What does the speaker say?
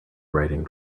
writing